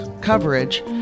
coverage